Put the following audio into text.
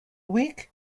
weak